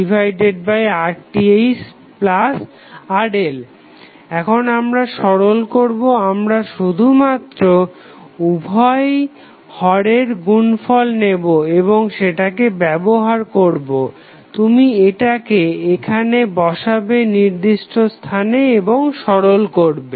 IVThRThRLR V0RThRL এখন আমরা সরল করবো আমরা শুধুমাত্র উভয় হরের গুণফল নেবো এবং সেটাকে ব্যবহার করবো তুমি এটাকে এখানে বসাবে নির্দিষ্ট স্থানে এবং সরল করবে